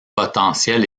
potentiels